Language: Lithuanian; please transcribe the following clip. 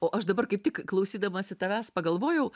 o aš dabar kaip tik klausydamasi tavęs pagalvojau